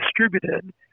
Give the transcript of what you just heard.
distributed